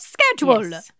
schedule